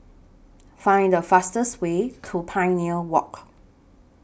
Find The fastest Way to Pioneer Walk